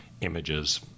images